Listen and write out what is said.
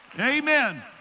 Amen